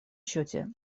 счете